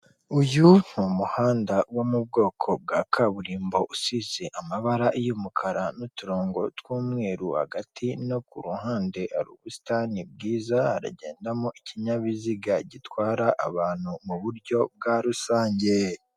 Uyu ni umuhanda wo mu bwoko bwa kaburimbo usize amabara y'umukara n'uturongo tw'umweru hagati no ku ruhande hari ubusitani bwiza , haragendamo ikinyabiziga gitwara abantu mu buryo bwa rusange.